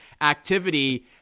activity